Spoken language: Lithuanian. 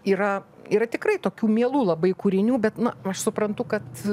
yra yra tikrai tokių mielų labai kūrinių bet na aš suprantu kad